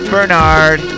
Bernard